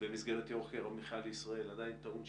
במסגרת יוקר המחיה לישראל עדיין טעון שיפור,